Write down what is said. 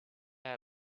had